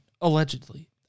allegedly